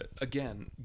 again